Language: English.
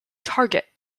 target